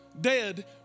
dead